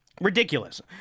Ridiculous